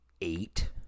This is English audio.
Eight